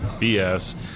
BS